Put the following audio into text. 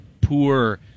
poor